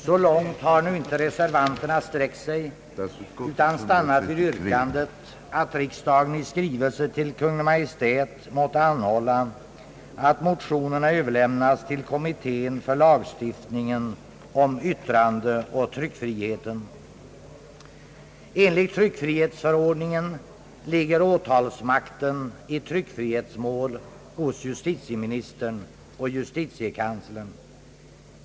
Så långt har inte reservanterna sträckt sig, utan stannat vid yrkandet att riksdagen i skrivelse till Kungl. Maj:t måtte anhålla att motio nerna överlämnas till kommittén för lagstiftningen om yttrandeoch tryckfrihet. Enligt tryckfrihetsförordningen ligger åtalsmakten i tryckfrihetsmål hos justitieministern och justitiekanslern.